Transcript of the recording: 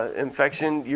ah infection, yeah